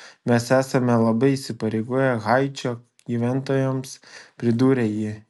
mes esame labai įsipareigoję haičio gyventojams pridūrė ji